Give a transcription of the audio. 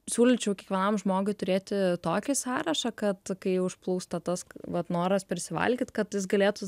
siūlyčiau kiekvienam žmogui turėti tokį sąrašą kad kai užplūsta tas vat noras prisivalgyt kad jis galėtų